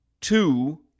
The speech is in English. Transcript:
two